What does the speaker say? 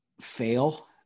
fail